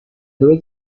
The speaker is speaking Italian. dove